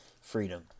freedom